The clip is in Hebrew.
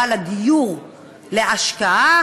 בעל הדיור להשקעה,